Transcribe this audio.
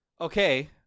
Okay